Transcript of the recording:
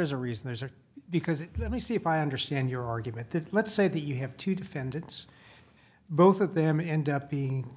is a reason those are because let me see if i understand your argument that let's say that you have two defendants both of them end up being